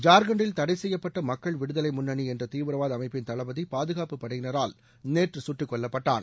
ஜார்கண்டில் தடை செய்யப்பட்ட மக்கள் விடுதலை முன்னணி என்ற தீவிரவாத அமைப்பின் தளபதி பாதுகாப்புப் படையினரால் நேற்று சுட்டுக்கொல்லப்பட்டான்